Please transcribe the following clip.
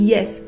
Yes